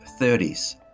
30s